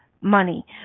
money